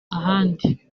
ahandi